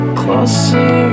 closer